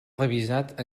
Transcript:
revisat